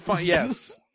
Yes